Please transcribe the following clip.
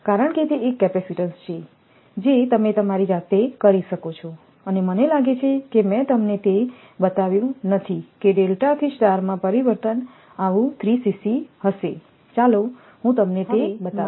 કારણ કે તે એક કેપેસિટીન્સ છે જે તમે તમારી જાતે કરી શકો છો અને મને લાગે છે કે મેં તમને તે બતાવ્યું નથી કે ડેલ્ટાથી સ્ટારમાં પરિવર્તન આવું 3 હશે ચાલો હું તમને તે બતાવીશ